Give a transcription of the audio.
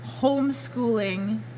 homeschooling